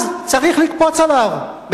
אז צריך לקפוץ עליו,